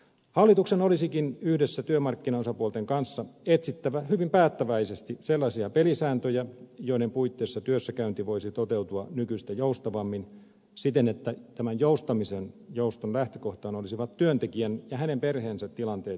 hallituksen olisikin yhdessä työmarkkinaosapuolten kanssa etsittävä hyvin päättäväisesti sellaisia pelisääntöjä joiden puitteissa työssäkäynti voisi toteutua nykyistä joustavammin siten että tämän joustamisen lähtökohtana olisivat työntekijän ja hänen perheensä tilanteet ja tarpeet